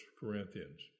Corinthians